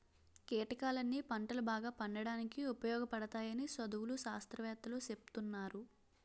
కీటకాలన్నీ పంటలు బాగా పండడానికి ఉపయోగపడతాయని చదువులు, శాస్త్రవేత్తలూ సెప్తున్నారు